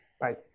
Bye